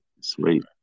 Sweet